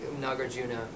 Nagarjuna